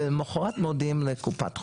ולמחרת מודיעים לקופת חולים.